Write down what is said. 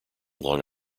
long